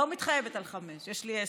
לא מתחייבת על חמש, יש לי עשר.